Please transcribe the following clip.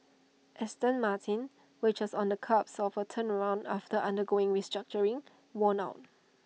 Aston Martin which was on the cusp of A turnaround after undergoing restructuring won out